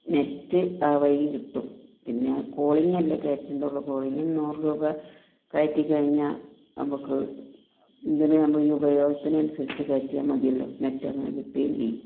net ആ വഴി കിട്ടും പിന്നെ കോളിങ്ങല്ലേ കയറ്റേണ്ടതുള്ളൂ കോളിംഗ് നൂറ് രൂപ കയറ്റി കഴിഞ്ഞാൽ നമുക്ക് ഇതിന് നമ്മൾ ഈ ഉപയോഗത്തിനനുസരിച്ച് കയറ്റിയാൽ മതിയല്ലോ നെറ്റ് അങ്ങനെ കിട്ടുകയും ചെയ്യും